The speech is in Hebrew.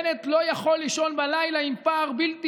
בנט לא יכול לישון בלילה עם פער בלתי